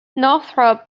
northrop